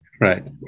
Right